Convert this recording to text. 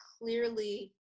clearly